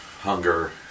hunger